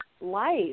life